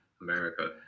America